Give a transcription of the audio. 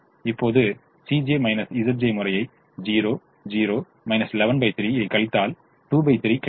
இப்போது முறையே 0 0 113 கழித்தல் 23 கிடைக்கும்